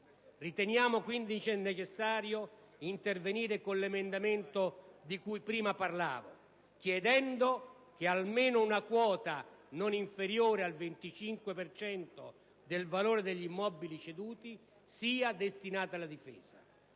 Riteniamo quindi necessario intervenire con l'emendamento di cui prima parlavo, chiedendo che almeno una quota non inferiore al 25 per cento del valore degli immobili ceduti sia destinata alla Difesa.